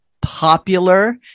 popular